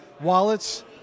wallets